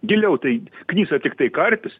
giliau tai knisa tiktai karpis